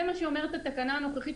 זה מה שאומרת התקנה הנוכחית.